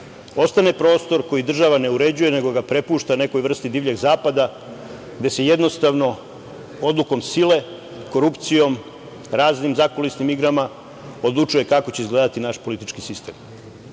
ostane prostor koji država ne uređuje, nego ga prepušta nekoj vrsti divljeg zapada, gde se jednostavno odlukom sile, korupcijom, raznim zakulisnim igrama odlučuje kako će izgledati naš politički